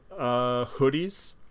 hoodies